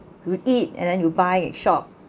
you eat and then you buy shop